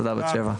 תודה, בת שבע.